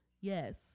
yes